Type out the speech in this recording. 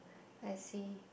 I see